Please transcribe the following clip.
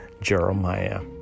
Jeremiah